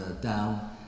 down